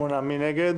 מי נגד?